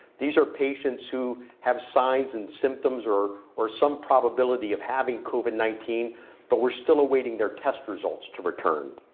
these are patients who have signs and symptoms or or some probability of having covid nineteen but we're still awaiting their test results to return.